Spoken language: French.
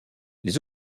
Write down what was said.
les